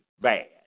Bad